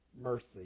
mercy